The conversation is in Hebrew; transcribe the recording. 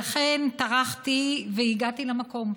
לכן, טרחתי והגעתי למקום.